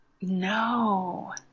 No